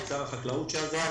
את שר החקלאות שעזר,